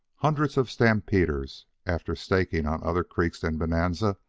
hundreds of stampeders, after staking on other creeks than bonanza,